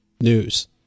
news